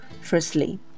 Firstly